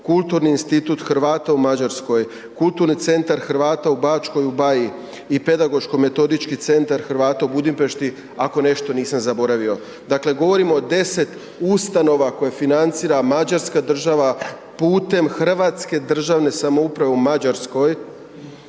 Kulturni institut Hrvata u Mađarskoj, Kulturni centar Hrvata u Bačkoj u Baji i Pedagoško metodički centar Hrvata u Budimpešti, ako nešto nisam zaboravio. Dakle, govorimo o 10 ustanova koje financira Mađarska država putem Hrvatske državne samouprave u Mađarskoj